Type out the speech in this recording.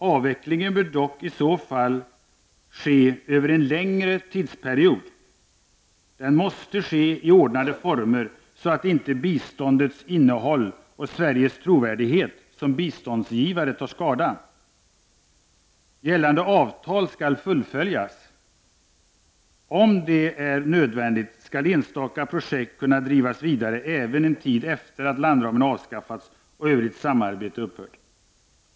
Avvecklingen bör dock i så fall ske under en längre tidsperiod. Den måste ske i ordnade former så att inte biståndets innehåll och Sveriges trovärdighet som biståndsgivare tar skada. Gällande avtal skall fullföljas. Om det är nödvändigt skall enstaka projekt kunna drivas vidare även en tid efter det att landramen avskaffats och övrigt samarbete upphört.